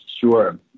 Sure